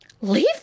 Leave